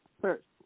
First